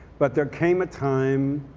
but there came a time